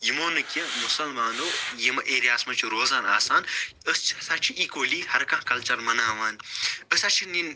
یِمُو نہٕ کیٚنٛہہ مُسَلمانو یِم ایرِیا ہَس منٛز چھِ روزان آسان أسۍ چھِ ہسا چھِ اِکؤلی ہر کانٛہہ کَلچَر مناوان أسۍ ہسا چھِنہٕ یہِ